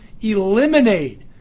eliminate